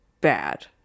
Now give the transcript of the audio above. bad